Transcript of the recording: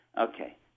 Okay